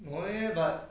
no leh but